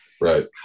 right